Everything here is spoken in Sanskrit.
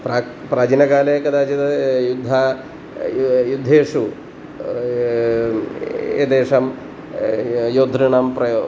प्राक् प्राचीनकाले कदाचित् युद्धं युद्धेषु एतेषां योद्धॄणां प्रयो